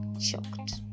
shocked